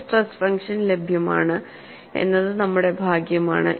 ഒരു stress function ലഭ്യമാണ് എന്നത് നമ്മുടെ ഭാഗ്യമാണ്